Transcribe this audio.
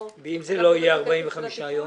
ואם אלה לא יהיו 45 ימים?